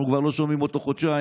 אנחנו כבר לא שומעים אותו חודשיים,